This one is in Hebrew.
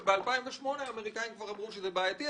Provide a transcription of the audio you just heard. ב-2008 האמריקאים כבר אמרו שזה בעייתי,